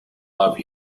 love